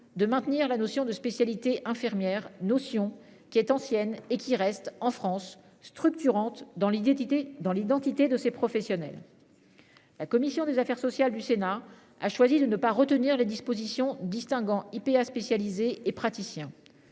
de maintenir la notion de spécialité infirmière notion qui est ancienne et qui reste en France structurante dans l'identité dans l'identité de ces professionnels. La commission des affaires sociales du Sénat a choisi de ne pas retenir les dispositions distinguant IPA spécialisé et praticiens.